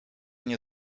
nie